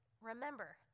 remember